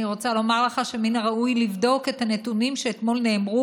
אני רוצה לומר לך שמן הראוי לבדוק את הנתונים שאתמול נאמרו,